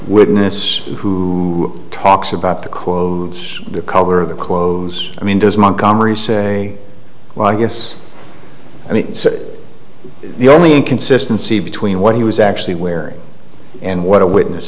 witness who talks about the quotes the cover of the clothes i mean does montgomery say well i guess i mean the only inconsistency between what he was actually wearing and what a witness